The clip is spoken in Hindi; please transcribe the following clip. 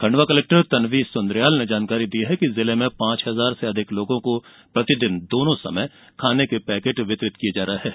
खंडवा कलेक्टर तन्वी सुन्द्रियाल ने जानकार दी है कि जिले में पांच हजार से अधिक लोगों को प्रतिदिन दोनों समय खाने के पैकेट वितरित किये जा रहे हैं